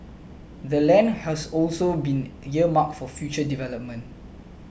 the land has also been earmarked for future development